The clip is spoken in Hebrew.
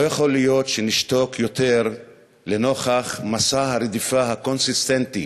לא יכול להיות שנשתוק יותר לנוכח מסע הרדיפה הקונסיסטנטי